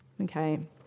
Okay